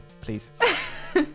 please